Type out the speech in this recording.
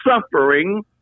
suffering